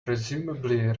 presumably